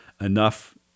enough